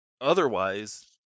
Otherwise